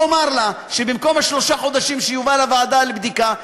תאמר לה שבמקום שלושה חודשים שיובא לוועדה לבדיקה,